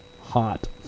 hot